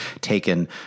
taken